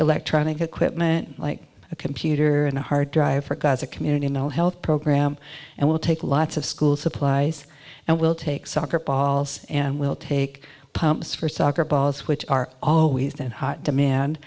electronic equipment like a computer and a hard drive for gaza community no health program and we'll take lots of school supplies and we'll take soccer balls and we'll take pumps for soccer balls which are always that hot demand